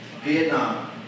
Vietnam